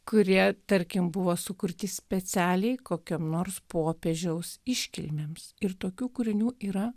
kurie tarkim buvo sukurti specialiai kokiam nors popiežiaus iškilmėms ir tokių kūrinių yra